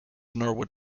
norwood